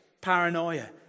paranoia